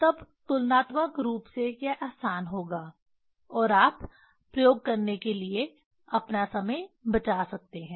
तब तुलनात्मक रूप से यह आसान होगा और आप प्रयोग करने के लिए अपना समय बचा सकते हैं